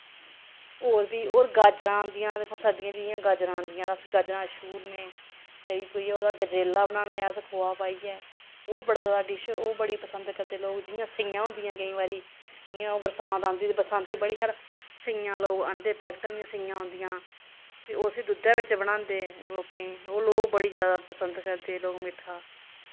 होर बी होर गाजरां औंदियां दिक्खो सर्दियें च जियां गाजरां औंदियां ते अस गाजरां छूरने करी कुरियै ओह्दा गजरेला बनान्ने अस खोहा पाइयै ओह् बड़ा ज्यादा डिश ओह् बड़ी पसंद करदे जियां सियां होदियां केईं बारी जियां ओह् बरसांत आंदी ते बरसांतीं बड़ी शैल सियां लोग आह्नदे पैक्टें आह्लियां सियां आंदियां फ्ही उसी दुद्धै बिच्च बनांदे लोकें गी ओह् लोग बड़ी ज्यादा पसंद करदे लोक मिट्ठा